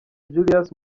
julius